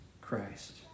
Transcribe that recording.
Christ